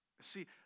See